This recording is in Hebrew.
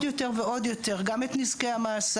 עוד דברים נוספים כדי לצמצם עוד ועוד גם את נזקי המאסר,